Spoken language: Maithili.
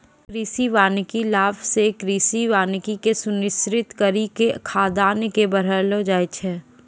कृषि वानिकी लाभ से कृषि वानिकी के सुनिश्रित करी के खाद्यान्न के बड़ैलो जाय छै